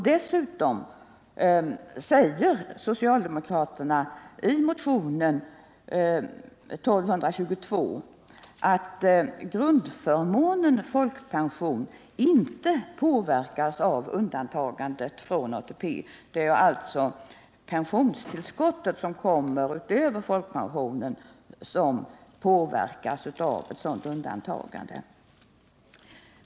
Dessutom skriver socialdemokraterna i motionen 1222 att grundförmånen, folkpensionen, inte påverkas av undantagandet från ATP. Det är alltså pensionstillskottet utöver folkpensionen som påverkas av ett sådant undantagande.